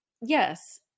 yes